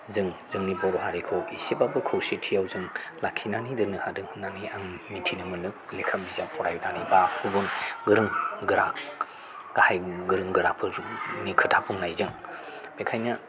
जों जोंनि बर' हारिखौ एसेब्लाबो खौसेथियाव जों लाखिनानै दोननो हादों होननानै आं मोनथिनो मोनदों लेखा बिजाब फरायनानै गुबुन गोरों गोरा गाहाय गोरों गोराफोरनि खोथा बुंनायजों बेखायनो